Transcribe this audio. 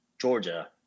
Georgia